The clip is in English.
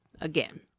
Again